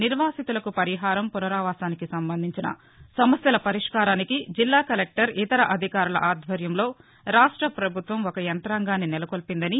నిర్వాసితులకు పరిహారం పునరావాసానికి సంబంధించిన సమస్యల పరిష్కారానికి జిల్లా కలెక్టర్ ఇతర అధికారుల ఆధ్వర్యంలో రాష్ట ప్రభుత్వం ఒక యంతాంగాన్ని నెలకొల్పిందని